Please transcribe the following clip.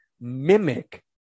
mimic